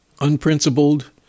unprincipled